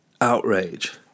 Outrage